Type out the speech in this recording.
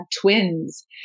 twins